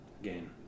again